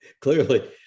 Clearly